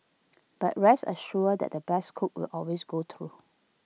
but rest assured the best cook will always go through